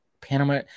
Panama